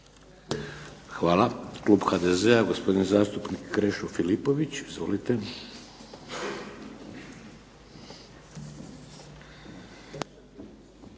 Hvala. Klub HDZ-a, gospodin zastupnik Krešo Filipović. Izvolite.